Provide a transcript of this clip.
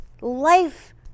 Life